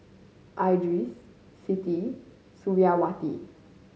Idris Siti Suriawati